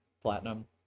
platinum